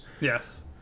Yes